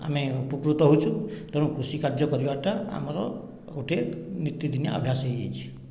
ଆମେ ଉପକୃତ ହେଉଛୁ ତେଣୁ କୃଷି କାର୍ଯ୍ୟ କରିବାଟା ଆମର ଗୋଟେ ନିତିଦିନିଆ ଅଭ୍ୟାସ ହୋଇଯାଇଛି